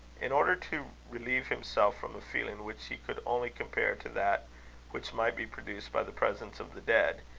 in order to relieve himself from a feeling which he could only compare to that which might be produced by the presence of the dead,